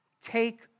take